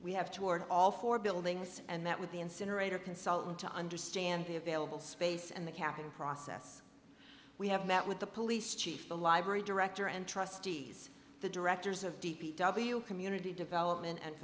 we have toward all four buildings and that with the incinerator consultant to understand the available space and the capital process we have met with the police chief the library director and trustees the directors of d p w community development and